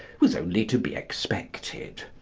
was only to be expected.